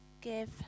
give